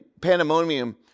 pandemonium